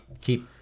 keep